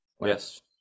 Yes